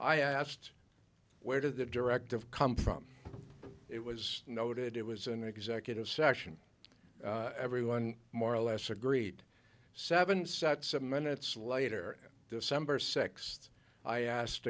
i asked where did that directive come from it was noted it was an executive session everyone more or less agreed seven sat seven minutes later december sixth i asked